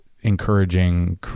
encouraging